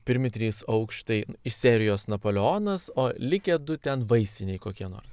pirmi trys aukštai iš serijos napoleonas o likę du ten vaisiniai kokie nors